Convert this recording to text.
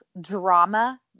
drama